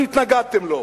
שהתנגדתם לו?